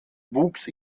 wuchs